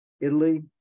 Italy